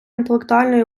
інтелектуальної